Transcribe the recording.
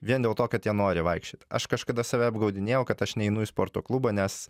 vien dėl to kad jie nori vaikščiot aš kažkada save apgaudinėjau kad aš neinu į sporto klubą nes